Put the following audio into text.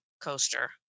coaster